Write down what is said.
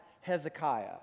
Hezekiah